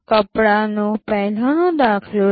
કપડાંનો પહેલાંનો દાખલો લો